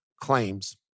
claims